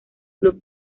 club